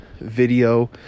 video